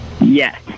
Yes